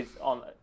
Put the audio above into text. on